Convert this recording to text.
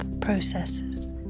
processes